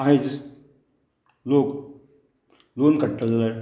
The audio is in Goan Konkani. आयज लोक लॉन काडटा जाल्यार